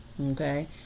Okay